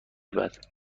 بعد